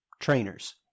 trainers